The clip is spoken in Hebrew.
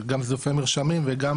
גם זה לפעמים מרשמים וגם,